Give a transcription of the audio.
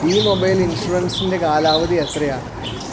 ഈ മൊബൈൽ ഇൻഷുറൻസിൻറെ കാലാവധി എത്രയാണ്